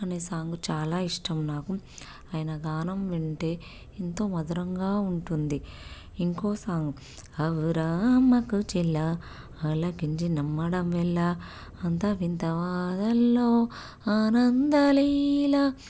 అనే సాంగు చాలా ఇష్టం నాకు ఆయన గానం వింటే ఎంతో మధురంగా ఉంటుంది ఇంకో సాంగ్ అవురా అమ్మకు చెల్లా ఆలకించి నమ్మడమెల్లా అంత వింత గాధల్లో ఆనంద లీల